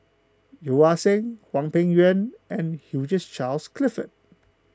Yeo Ah Seng Hwang Peng Yuan and Hugh Charles Clifford